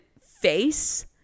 face